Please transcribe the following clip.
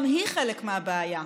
גם היא חלק מהבעיה.